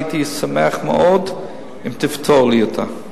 הייתי שמח מאוד אם תפתור לי אותה.